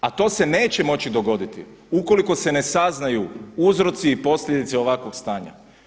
A to se neće moći dogoditi ukoliko se ne saznaju uzroci i posljedice ovakvog stanja.